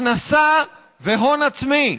הכנסה והון עצמי,